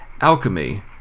Alchemy